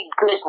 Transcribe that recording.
good